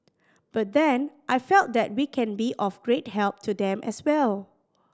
but then I felt that we can be of great help to them as well